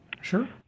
sure